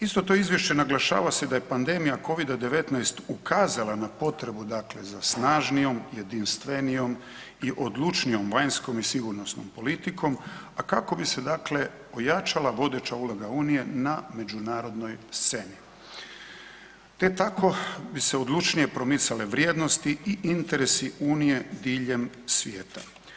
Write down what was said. Isto to izvješće naglašava se da je pandemija COVID-a 19 ukazala na potrebu dakle za snažnijom, jedinstvenijom i odlučnijom vanjskom i sigurnosnom politikom a kako bi se dakle ojačala vodeća uloga Unije na međunarodnoj sceni te tako bi se odlučnije promicale vrijednosti i interesi Unije diljem svijeta.